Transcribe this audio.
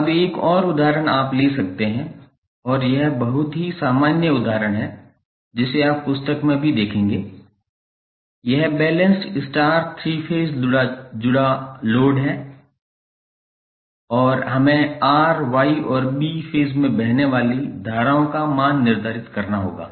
अब एक और उदाहरण आप ले सकते हैं और यह बहुत ही सामान्य उदाहरण है जिसे आप पुस्तक में देखेंगे यह बैलेंस्ड स्टार 3 फेज़ लोड जुड़ा हुआ है और हमें R Y और B फेज़ में बहने वाली धाराओं का मान निर्धारित करना होगा